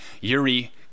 yuri